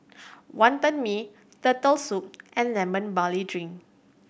Wantan Mee Turtle Soup and Lemon Barley Drink